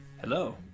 Hello